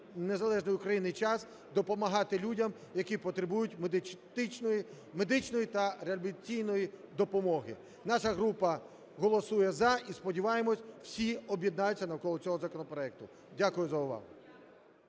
незалежної України час допомагати людям, які потребують медичної та реабілітаційної допомоги. Наша група голосує "за". І сподіваємось, всі об'єднаються навколо цього законопроекту. Дякую за увагу.